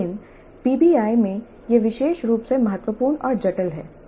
लेकिन पीबीआई में यह विशेष रूप से महत्वपूर्ण और जटिल है